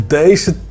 deze